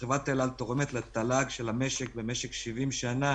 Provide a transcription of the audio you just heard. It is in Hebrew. שחברת אל על תורמת לתל"ג של המשק במשך 70 שנה